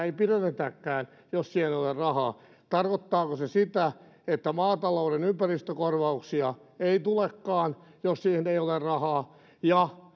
ei pidennetäkään jos siihen ei ole rahaa tarkoittaako se sitä että maatalouden ympäristökorvauksia ei tulekaan jos siihen ei ole rahaa